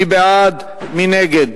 מי בעד, מי נגד?